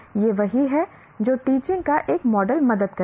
यह वही है जो टीचिंग का एक मॉडल मदद करेगा